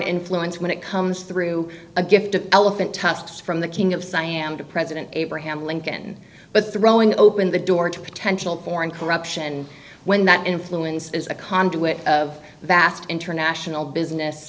influence when it comes through a gift of elephant tusks from the king of siam to president abraham lincoln but throwing open the door to potential foreign corruption when that influence is a conduit of vast international business